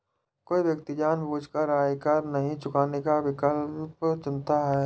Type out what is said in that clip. कोई व्यक्ति जानबूझकर आयकर नहीं चुकाने का विकल्प चुनता है